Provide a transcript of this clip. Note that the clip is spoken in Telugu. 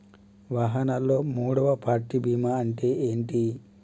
వాహనాల్లో మూడవ పార్టీ బీమా అంటే ఏంటి?